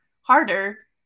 harder